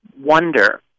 wonder